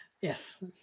Yes